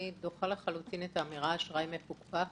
אני דוחה לחלוטין את האמירה של אשראי מפוקפק